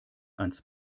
ans